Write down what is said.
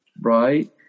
right